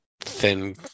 thin